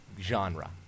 genre